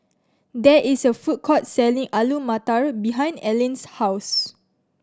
there is a food court selling Alu Matar behind Aylin's house